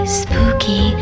spooky